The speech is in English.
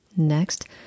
next